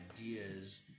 ideas